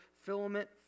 filament